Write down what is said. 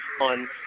on